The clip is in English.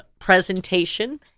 presentation